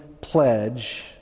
pledge